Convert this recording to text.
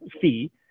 fee